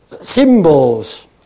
symbols